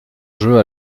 jeu